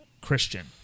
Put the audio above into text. Christian